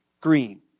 green